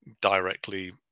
directly